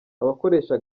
abakoresha